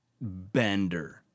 bender